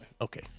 Okay